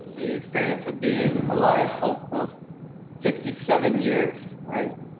the experience of being alive almost fifty seven years right?